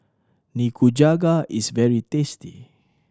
nikujaga is very tasty